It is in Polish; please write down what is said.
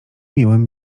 miłym